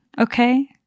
okay